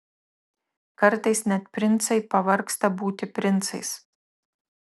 kartais net princai pavargsta būti princais